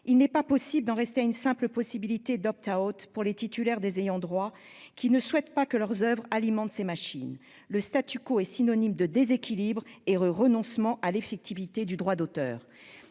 il n'est pas possible d'en rester à une simple possibilité pour les titulaires de droits qui ne souhaitent pas que leurs oeuvres alimentent ces machines. Le serait synonyme de déséquilibre et de renoncement à l'effectivité du droit d'auteur.